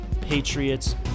Patriots